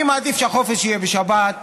אני מעדיף שהחופש יהיה בשבת,